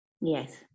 Yes